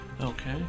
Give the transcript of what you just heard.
Okay